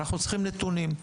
אנחנו צריכים נתונים.